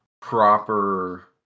proper